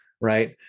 Right